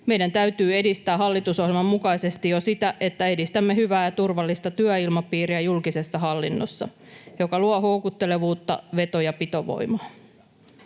Meidän täytyy edistää jo hallitusohjelman mukaisesti sitä, että edistämme hyvää ja turvallista työilmapiiriä julkisessa hallinnossa, mikä luo houkuttelevuutta sekä veto- ja pitovoimaa.